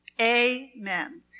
Amen